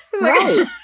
Right